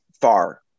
far